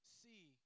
see